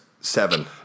Seven